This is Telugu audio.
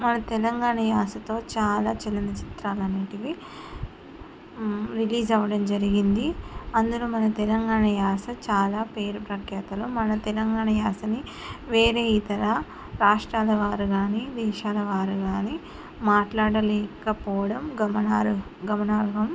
మన తెలంగాణ యాసతో చాలా చలనచిత్రాలన్నిటిని రిలీజ్ అవ్వడం జరిగింది అందరూ మన తెలంగాణ యాస చాలా పేరు ప్రఖ్యాతలు మన తెలంగాణ యాసని వేరే ఇతర రాష్ట్రాలవారుగాని దేశాలవారు గానీ మాట్లాడలేకపోవడం గమన్హరం గమన్హరం